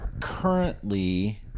currently